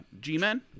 G-Men